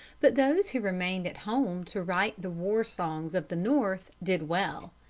but those who remained at home to write the war-songs of the north did well.